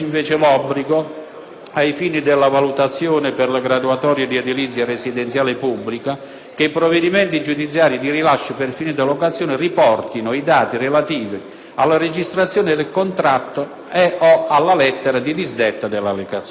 ai fini della valutazione per le graduatorie di edilizia residenziale pubblica, che i provvedimenti giudiziari di rilascio per finita locazione riportino i dati relativi alla registrazione del contratto e alla lettera di disdetta della locazione.